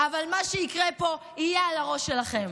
אבל מה שיקרה פה יהיה על הראש שלכם.